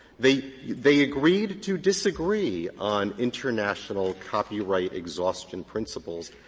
they they agreed to disagree on international copyright exhaustion principles,